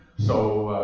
so,